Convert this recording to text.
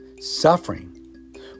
suffering